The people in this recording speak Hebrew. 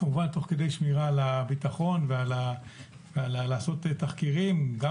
כמובן תוך כדי שמירה על הביטחון ולעשות תחקירים גם